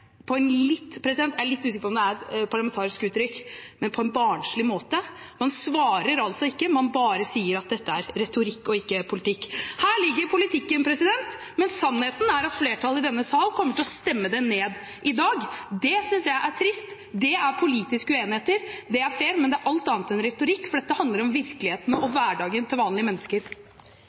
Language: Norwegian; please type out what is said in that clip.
jeg er litt usikker på om det er et parlamentarisk uttrykk – barnslig måte. Man svarer ikke, man bare sier at dette er retorikk og ikke politikk. Politikken ligger her, men sannheten er at flertallet i denne sal kommer til å stemme den ned i dag. Det synes jeg er trist. Det er politiske uenigheter, og det er fair, men det er alt annet enn retorikk, for dette handler om virkeligheten og hverdagen til vanlige mennesker.